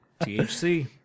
THC